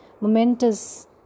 momentous